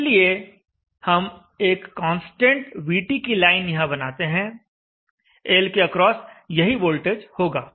इसलिए हम एक कांस्टेंट VT की लाइन यहां बनाते हैं L के अक्रॉस यही वोल्टेज होगा